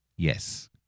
Yes